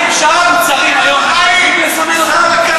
שאר המוצרים היום, חייבים לסמן אותם?